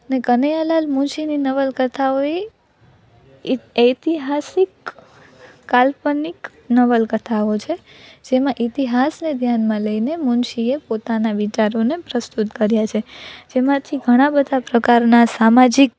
અને કનૈયાલાલ મુનશીની નવલકથાઓય એક ઐતિહાસિક કાલ્પનિક નવલકથાઓ છે જેમાં ઈતિહાસને ધ્યાનમાં લઈને મુનશી એ પોતાના વિચારોને પ્રસ્તુત કર્યા છે જેમાંથી ઘણાં બધા પ્રકારના સામાજિક